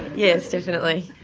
yes, definitely.